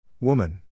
Woman